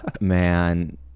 man